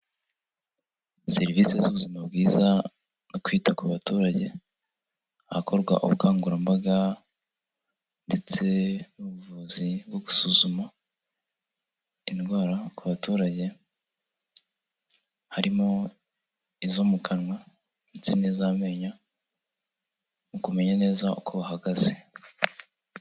Serivisi z'ubuzima bwiza no kwita ku baturage hakorwa ubukangurambaga ndetse n'ubuvuzi bwo gusuzuma indwara ku baturage harimo izo mu kanwa ndetse n'iz'amenyo mu kumenya neza uko bahagaze.